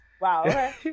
Wow